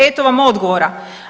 Eto vam odgovora.